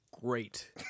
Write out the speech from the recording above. Great